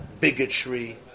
bigotry